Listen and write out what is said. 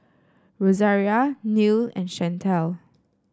Rosaria Neil and Shantel